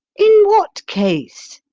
in what case?